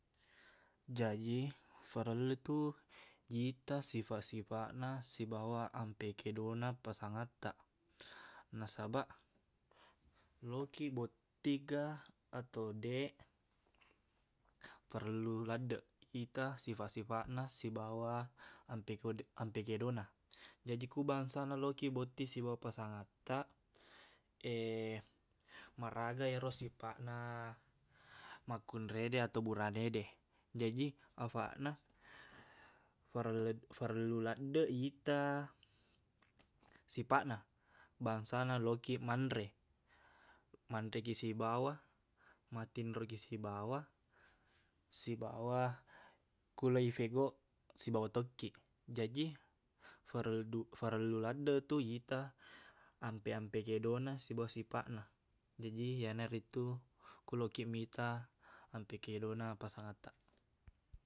Jaji, farellutu ita sifaq-sifaqna sibawa ampe kedona pasangattaq. Nasabaq, lokkiq bottigga ato deq, parellu laddeq ita sifaq-sifaqna sibawa ampe kodeq- ampe kedona. Jaji, ku bangsana lokkiq botting sibawa pasangattaq, maraga ero sifaqna makkunrede ato buranede. Jaji, afaqna farellep- farellu laddeq ita sipaqna. Bangsana lokiq manre, manrekiq sibawa, matinrokiq sibawa, sibawa ku lo ifegoq, sibawa tokkiq. Jaji, farelldu- farellu laddeqtu ita ampe-ampe kedona sibawa sipaqna. Jaji, iyanaritu ku lokiq mita ampe kedona pasangattaq.